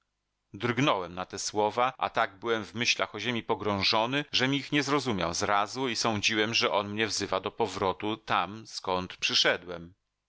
drgnąłem na te słowa a tak byłem w myślach o ziemi pogrążony żem ich nie zrozumiał zrazu i sądziłem że on mnie wzywa do powrotu tam skąd przyszedłem